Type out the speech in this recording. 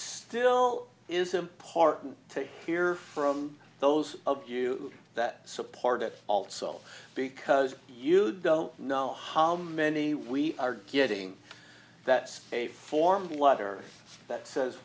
still is important to hear from those of you that support it also because you don't know how many we are getting that's a form letter that says